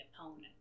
opponent